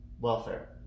welfare